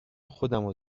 خودمو